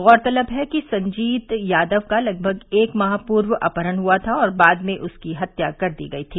गौरतलब है कि संजीत यादव की लगभग एक माह पूर्व अपहरण हुआ था और बाद में उसकी हत्या कर दी गई थी